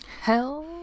Hell